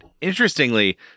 interestingly